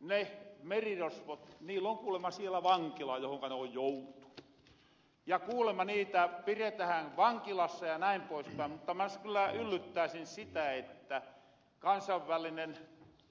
niillä merirosvoilla on kuulemma siellä vankila johonka ne on joutunu ja kuulemma niitä piretähän vankilassa ja näin poispäin mutta mä kyllä yllyttääsin sitä että kansainvälinen